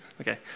okay